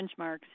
benchmarks